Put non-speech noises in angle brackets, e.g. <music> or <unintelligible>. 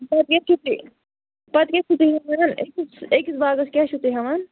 پتہٕ کیٛاہ چھُو تُہۍ پتہٕ کیٛاہ چھُو تُہۍ <unintelligible> أکِس أکِس باغس کیٛاہ چھُو تُہۍ ہٮ۪وان